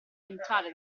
entrare